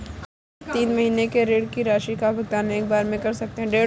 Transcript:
क्या तीन महीने के ऋण की राशि का भुगतान एक बार में कर सकते हैं?